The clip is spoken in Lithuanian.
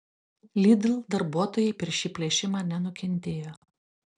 lidl darbuotojai per šį plėšimą nenukentėjo